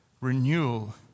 Renewal